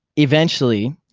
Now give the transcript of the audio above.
eventually,